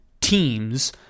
teams